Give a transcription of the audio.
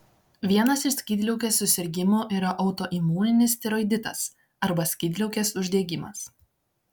vienas iš skydliaukės susirgimų yra autoimuninis tiroiditas arba skydliaukės uždegimas